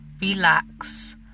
relax